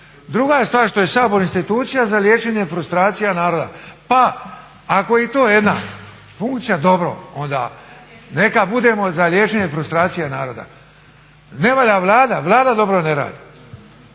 Druga je stvar što je Sabor institucija za liječenje frustracija naroda. Pa ako je i to jedna funkcija dobro, onda neke budemo za liječenje frustracija naroda. Ne valja Vlada, Vlada dobro ne radi.